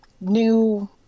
new